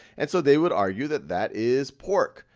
and so they would argue that that is pork,